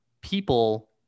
People